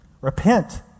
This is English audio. Repent